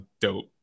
dope